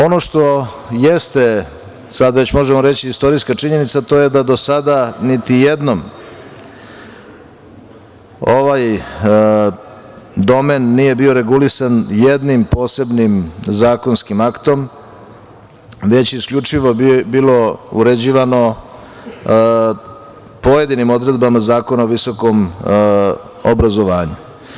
Ono što jeste, sada već možemo reći istorijska činjenica, to je da do sada niti jednom, ovaj domen nije bio regulisan jednim posebnim zakonskim aktom, već isključivo bilo je uređivano pojedinim odredbama Zakona o visokom obrazovanju.